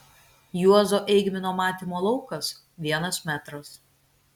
juozo eigmino matymo laukas vienas metras